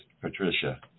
Patricia